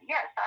Yes